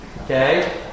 Okay